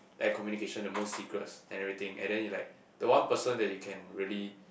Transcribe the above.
have communication the most secrets and everything and then he like the one person that you can really